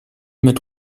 mit